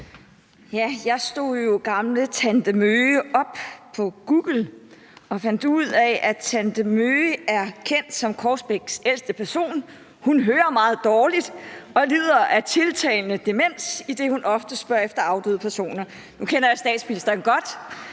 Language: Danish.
Jeg slog jo gamle tante Møhge op på Google og fandt ud af, at tante Møhge er kendt som Korsbæks ældste person. Hun hører meget dårligt og lider af tiltagende demens, idet hun ofte spørger efter afdøde personer. Nu kender jeg statsministeren godt